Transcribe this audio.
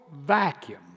vacuum